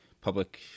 public